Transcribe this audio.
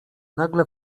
nagle